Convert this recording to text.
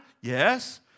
Yes